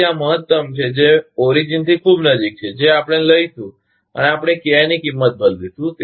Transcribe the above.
તેથી આ મહત્તમ છે જે મૂળની ખૂબ નજીક છે જે આપણે લઈશું અને આપણે KI ની કિંમત બદલીશું